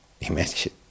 Imagine